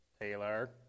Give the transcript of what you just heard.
Taylor